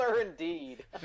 indeed